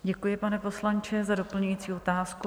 Děkuji, pane poslanče, za doplňující otázku.